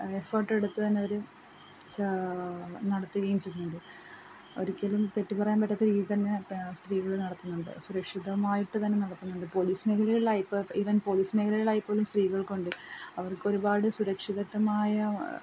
effort എടുത്ത് തന്നെ അവർ ചാ നടത്തുകയും ചെയ്യുന്നു ഒരിക്കലും തെറ്റ് പറയാൻ പറ്റാത്ത രീതിയിൽ തന്നെ സ്ത്രീകൾ നടത്തുന്നുണ്ട് സുരക്ഷിതമായിട്ട് തന്നെ നടത്തുന്നുണ്ട് പോലീസ് മേഖലയിലുള്ള ഇപ്പം ഈവൻ പോലീസ് മേഖലയിലായാൽ പൊലും സ്ത്രീകൾക്ക് ഉണ്ട് അവർക്ക് ഒരുപാട് സുരക്ഷിതത്വമായ